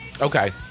Okay